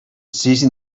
seizing